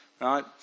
right